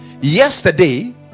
yesterday